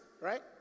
Right